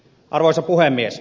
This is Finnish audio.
arvoisa puhemies